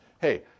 Hey